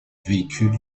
véhicules